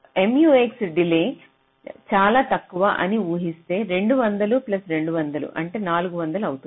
MUX delay చాలా తక్కువ అని ఊహిస్తే 200 ప్లస్ 200 అంటే 400 అవుతుంది